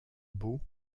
beau